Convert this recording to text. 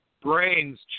Brains